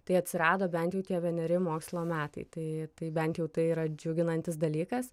tai atsirado bent jau tie vieneri mokslo metai tai tai bent jau tai yra džiuginantis dalykas